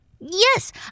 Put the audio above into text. Yes